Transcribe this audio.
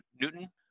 Newton